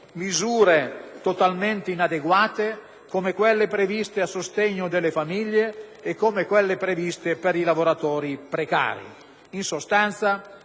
misure totalmente inadeguate, come quelle previste a sostegno delle famiglie e per i lavoratori precari. In sostanza,